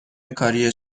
کاری